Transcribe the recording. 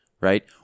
right